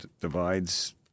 divides